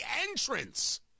entrance